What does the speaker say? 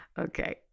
Okay